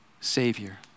Savior